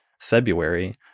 February